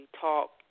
talk